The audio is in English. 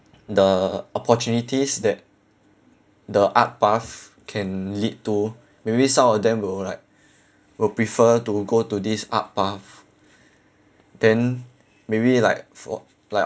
the opportunities that the art path can lead to maybe some of them will like will prefer to go to this art path then maybe like for like